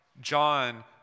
John